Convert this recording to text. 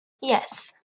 yes